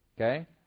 Okay